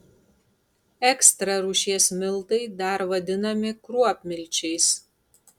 ekstra rūšies miltai dar vadinami kruopmilčiais